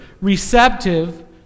receptive